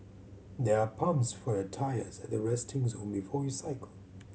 there are pumps for your tyres at the resting zone before you cycle